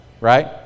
Right